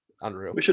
Unreal